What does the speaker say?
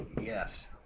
Yes